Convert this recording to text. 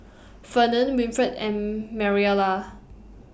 Fernand Winfred and Mariela